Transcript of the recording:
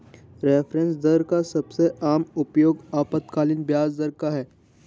reference दर का सबसे आम उपयोग अल्पकालिक ब्याज दर का है